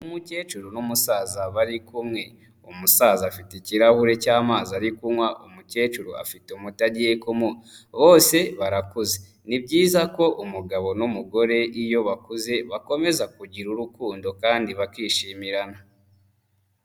Umukecuru n'umusaza bari kumwe, umusaza afite ikirahure cy'amazi ari kunywa, umukecuru afite umuti agiyekumuha, bose barakuze. Ni byiza ko umugabo n'umugore iyo bakuze bakomeza kugira urukundo kandi bakishirana.